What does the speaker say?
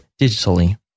digitally